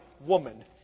woman